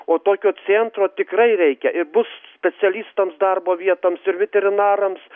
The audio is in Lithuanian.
o tokio centro tikrai reikia ir bus specialistams darbo vietoms ir veterinarams